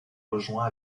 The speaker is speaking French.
rejoins